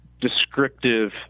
descriptive